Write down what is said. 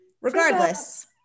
Regardless